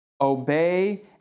obey